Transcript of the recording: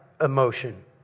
emotion